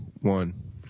one